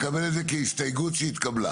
אנחנו נקבל את זה כהסתייגות שהתקבלה.